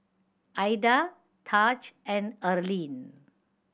Aida Tahj and Erline